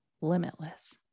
limitless